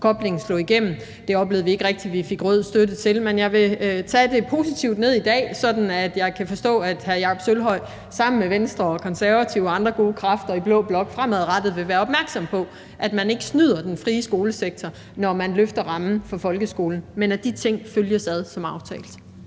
koblingen slog igennem. Det oplevede vi ikke rigtig vi fik rød støtte til. Men jeg vil tage det positivt ned i dag. Jeg kan forstå, at hr. Jakob Sølvhøj sammen med Venstre, Konservative og andre gode kræfter i blå blok fremadrettet vil være opmærksom på, at man ikke snyder den frie skolesektor, når man løfter rammen for folkeskolen, men at de ting følges ad som aftalt.